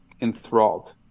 enthralled